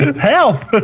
Help